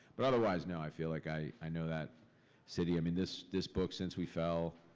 but otherwise, no, i feel like i i know that city, i mean this this book, since we fell,